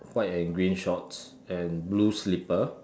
white in green shorts and blue slipper